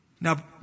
Now